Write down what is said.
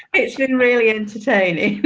it's been really entertaining.